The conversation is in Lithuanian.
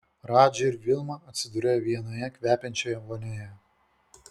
radži ir vilma atsidūrė vienoje kvepiančioje vonioje